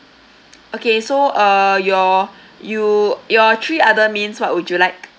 okay so uh your you your three other mains what would you like